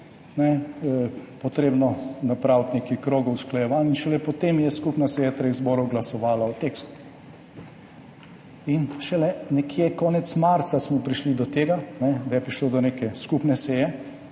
treba napraviti nekaj krogov usklajevanj in šele potem je skupna seja treh zborov glasovala o tekstu. Šele nekje konec marca smo prišli do tega, da je prišlo do neke skupne seje,